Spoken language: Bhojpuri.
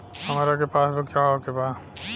हमरा के पास बुक चढ़ावे के बा?